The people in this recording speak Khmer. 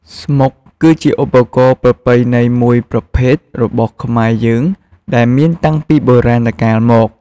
ស្មុកគឺជាឧបករណ៍ប្រពៃណីមួយប្រភេទរបស់ខ្មែរយើងដែលមានតាំងពីបុរាណកាលមក។